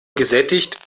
gesättigt